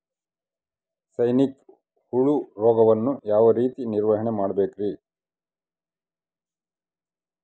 ಸೈನಿಕ ಹುಳು ರೋಗವನ್ನು ಯಾವ ರೇತಿ ನಿರ್ವಹಣೆ ಮಾಡಬೇಕ್ರಿ?